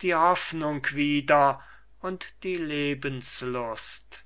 die hoffnung wieder und die lebenslust